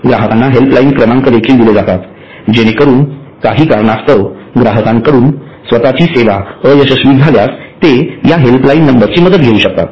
ग्राहकांना help line क्रमांक देखील दिले जातात जेणेकरून काही कारणास्तव ग्राहकांकडून स्वत ची सेवा अयशस्वी झाल्यास ते या हेल्पलाईन नंबरची मदत घेऊ शकतात